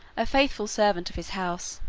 a faithful servant of his house.